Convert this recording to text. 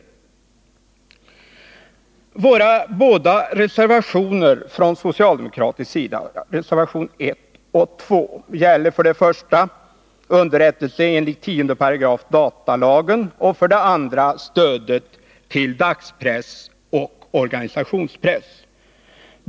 m.m. Våra båda reservationer från socialdemokratisk sida — reservationerna 1 och 2 — gäller för det första underrättelse enligt 10 § datalagen och för det andra stödet till dagspress och organisationspress.